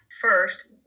first